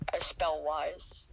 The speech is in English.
spell-wise